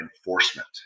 enforcement